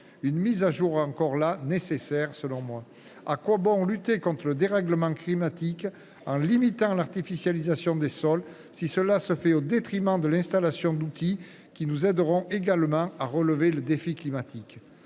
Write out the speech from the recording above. Cette mise à jour était selon moi nécessaire : à quoi bon lutter contre le dérèglement climatique en limitant l’artificialisation des sols si cela se fait au détriment de l’installation d’outils qui nous aideront également à relever le défi climatique ?